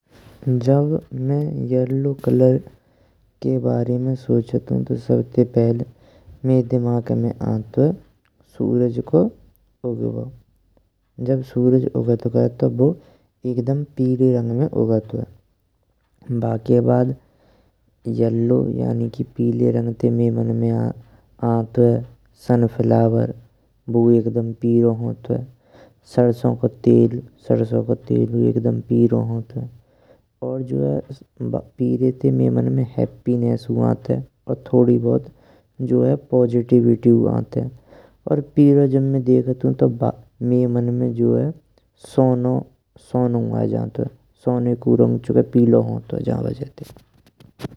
जब में yellow colour के बारे में सोचंतु तो सबते पेहल मइये दिमाग में आंतो सुरज को उगबु। जब सुरज उगात काई तो बऊ एक दम पीरे रंग में उगातुये। बाके बद येलो यानी कि पीले रंग ते मइये मान में आतुये। सुनफ्लावर बुझे एक दम पीरो होतुये सरसो को तेल सरसो को तेल पीरो होतुये। पीरे ते मइये मन में हैपिनेसु आतुये और थोड़ी बहुत जो है पॉज़िटिविटी आत्ये। और पीरो जब में देखन्तुणु तौ मइये मन में जो है सोनु सोनु आऐ जान्तुये सों का रंग जो है पेलो होतुये जा वजह ते।